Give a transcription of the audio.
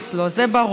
נמאס לו מזה, זה ברור.